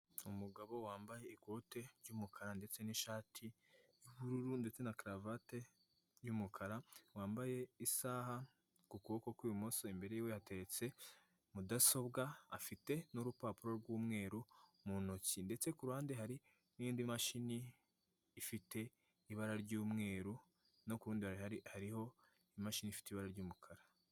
Umugabo wambaye ikote ry'umukara ndetse n'ishati y'ubururu. ndetse na karuvate y'umukara, wambaye isaha ku kuboko kw'ibimoso imbere ye hateretse mudasobwa, afite n'urupapuro rw'umweru mu ntoki, ndetse ku ruhande hari n'indi mashini ifite ibara ry'umweru, no ku rundi hari hari, hariho imashini ifite ibara ry'umukara.